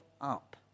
up